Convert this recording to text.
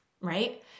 right